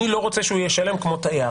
לא רוצה שישלם כמו תייר.